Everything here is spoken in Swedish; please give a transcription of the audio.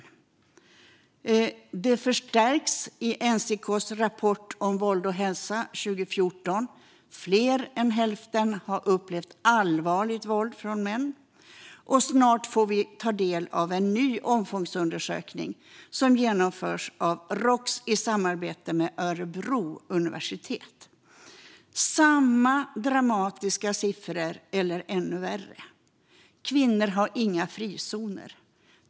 Bilden förstärktes i NCK:s rapport om våld och hälsa från 2014. Mer än hälften hade där upplevt allvarligt våld från män. Snart får vi ta del av en ny omfångsundersökning, som genomförs av Roks i samarbete med Örebro universitet - samma dramatiska siffror eller ännu värre. Kvinnor har inga frizoner.